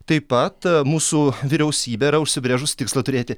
taip pat mūsų vyriausybė yra užsibrėžusi tikslą turėti